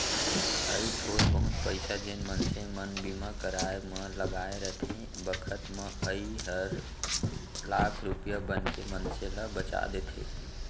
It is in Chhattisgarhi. अइ थोर बहुत पइसा जेन मनसे मन बीमा कराय म लगाय रथें बखत म अइ हर लाख रूपया बनके मनसे ल बचा देथे